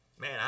Man